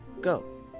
Go